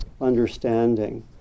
understanding